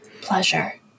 pleasure